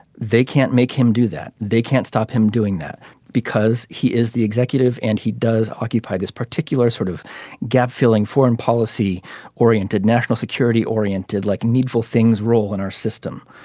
they can't make him do that. they can't stop him doing that because he is the executive and he does occupy this particular sort of gap filling foreign policy oriented national security oriented like needful things role in our system.